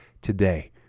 today